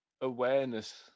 awareness